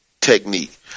technique